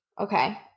Okay